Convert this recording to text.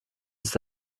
ist